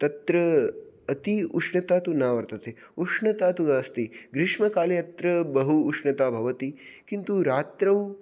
तत्र अति उष्णता तु न वर्तते उष्णता तु अस्ति ग्रीष्मकाले अत्र बहु उष्णता भवति किन्तु रात्रौ